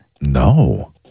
No